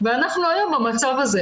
אנחנו ה יום במצב הזה